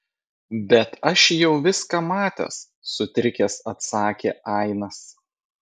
bet aš jau viską matęs sutrikęs atsakė ainas